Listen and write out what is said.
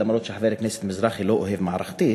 למרות שחבר הכנסת מזרחי לא אוהב מערכתית.